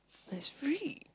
and it's free